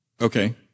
Okay